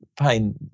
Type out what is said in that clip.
pain